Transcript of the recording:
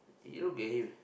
you look at him